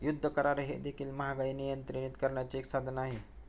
युद्ध करार हे देखील महागाई नियंत्रित करण्याचे एक साधन आहे